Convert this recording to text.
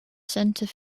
centre